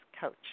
coach